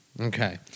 Okay